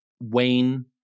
Wayne